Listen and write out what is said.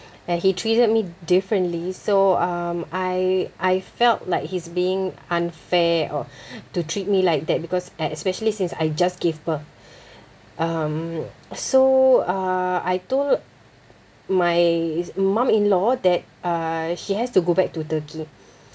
and he treated me differently so um I I felt like he's being unfair or to treat me like that because es~ especially since I just gave birth um so uh I told my mum-in-law that uh she has to go back to Turkey